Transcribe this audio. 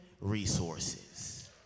resources